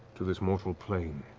to this mortal plane,